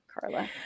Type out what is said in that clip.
carla